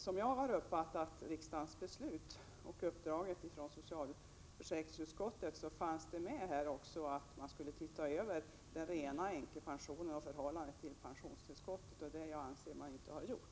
Som jag har uppfattat riksdagens beslut och uppdraget från socialförsäkringsutskottet ingick också att man skulle se över den rena änkepensionen och dess förhållande till pensionstillskottet. Detta anser jag att man inte har gjort.